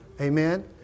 Amen